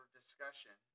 discussion